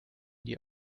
die